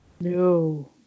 No